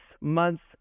month's